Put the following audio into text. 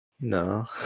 No